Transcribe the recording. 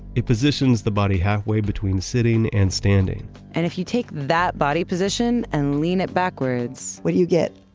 it positions the body halfway between sitting and standing and if you take that body position and lean it backwards, what do you get?